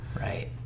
Right